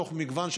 מתוך מגוון,